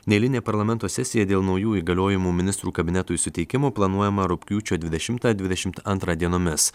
neeilinė parlamento sesija dėl naujų įgaliojimų ministrų kabinetui suteikimo planuojama rugpjūčio dvidešimtą dvidešimt antrą dienomis